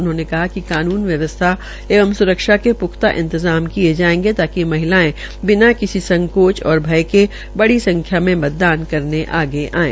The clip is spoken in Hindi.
उन्होंने कहा कि कानून व्यवस्था एवं सुरक्षा के प्रख्ता इंतजाम किये जाएंगे ताकि महिलाएं बिना किसी संकोच और भय के बड़ी संख्या में मतदान करने आगे आएं